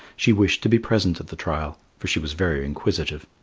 she wished to be present at the trial, for she was very inquisitive.